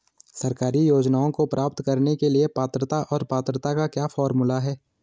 सरकारी योजनाओं को प्राप्त करने के लिए पात्रता और पात्रता का क्या फार्मूला है?